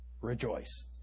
rejoice